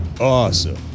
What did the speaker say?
awesome